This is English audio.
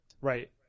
right